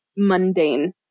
mundane